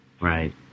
right